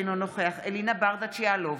אינו נוכח אלינה ברדץ' יאלוב,